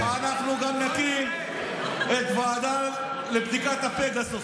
אנחנו גם נקים את הוועדה לבדיקת הפגסוס.